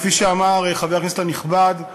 כפי שאמר חבר הכנסת הנכבד,